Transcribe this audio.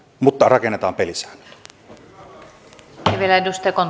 mutta rakennetaan pelisäännöt